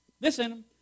Listen